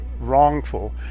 wrongful